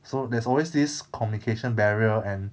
so there's always this communication barrier and